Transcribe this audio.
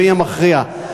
והיא המכריעה.